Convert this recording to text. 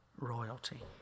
royalty